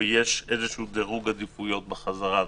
ויש דירוג עדיפויות בחזרה.